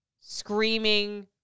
screaming